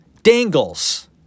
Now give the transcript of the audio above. Dangles